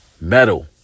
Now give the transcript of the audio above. metal